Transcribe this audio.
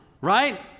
right